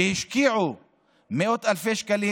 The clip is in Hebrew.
שהשקיעו מאות אלפי שקלים,